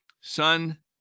Son